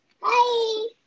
Hi